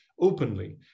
openly